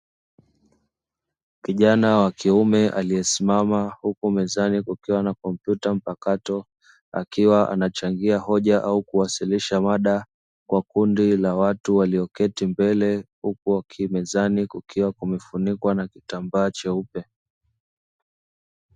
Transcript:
Kijana wa kiume aliyesimama huku mezani kukiwa na kompyuta mpakato, akiwa anachangia hoja au kuwasilisha mada kwa kundi la watu walioketi mbele, huku mezani kukiwa kumefunikwa na kitambaa cheupe.